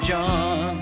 John